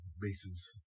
bases